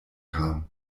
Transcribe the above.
kam